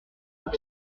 pour